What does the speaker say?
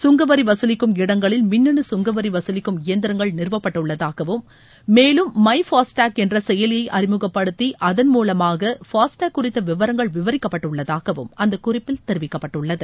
சுங்கவரி வசூலிக்கும் இடங்களில் மின்னணு கங்கவரி வசூலிக்கும் இயந்திரங்கள் நிறுவப்பட்டுள்ளதாகவும் மேலும் மை பாஸ்டேக என்ற செயலியை அறிமுகப்படுத்தி அதன்மூலமாக பாஸ்டேக் குறித்த விவரங்கள் விவரிக்கப்பட்டுள்ளதாகவும் அந்தக் குறிப்பில் தெரிவிக்கப்பட்டுள்ளது